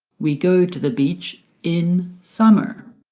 we go to the beach in summer